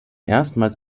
erstmals